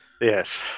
Yes